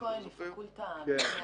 טוני כהן היא פקולטה בפני עצמה.